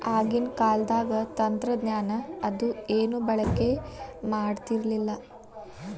ಆಗಿನ ಕಾಲದಾಗ ತಂತ್ರಜ್ಞಾನ ಅದು ಏನು ಬಳಕೆ ಮಾಡತಿರ್ಲಿಲ್ಲಾ